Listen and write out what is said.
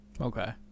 Okay